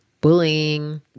bullying